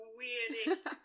weirdest